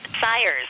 sires